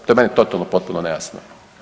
To je meni totalno potpuno nejasno.